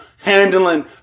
handling